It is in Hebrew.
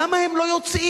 למה הם לא יוצאים?